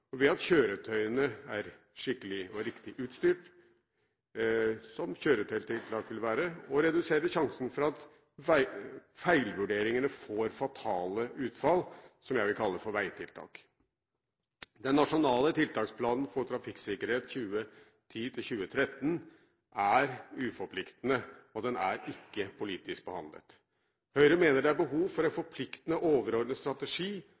at kjøretøyene er skikkelig og riktig utstyrt, kjøretøytiltak, og ved å redusere sjansene for at feilvurderingene får fatale utfall, som jeg vil kalle veitiltak. Den nasjonale tiltaksplanen for trafikksikkerhet 2010–2013 er uforpliktende, og den er ikke politisk behandlet. Høyre mener det er behov for en forpliktende, overordnet strategi